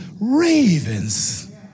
ravens